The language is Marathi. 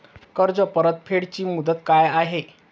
कर्ज परतफेड ची मुदत काय आहे?